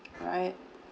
I